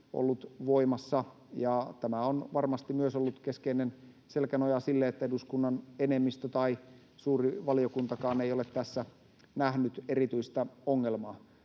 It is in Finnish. ollut voimassa. Ja myös tämä on varmasti ollut keskeinen selkänoja sille, että eduskunnan enemmistö tai suuri valiokuntakaan ei ole tässä nähnyt erityistä ongelmaa.